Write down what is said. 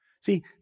See